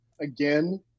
again